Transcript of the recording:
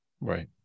Right